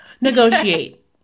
Negotiate